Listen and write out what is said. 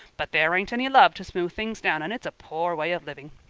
but there ain't any love to smooth things down and it's a poor way of living.